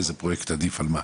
איזה פרויקט עדיף על מה,